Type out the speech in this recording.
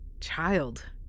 child